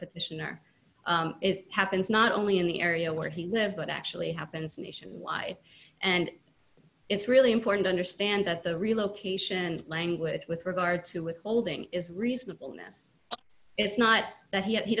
petitioner is happens not only in the area where he lived but actually happens nationwide and it's really important i understand that the relocation language with regard to withholding is reasonable ness it's not that he